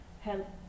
help